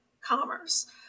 commerce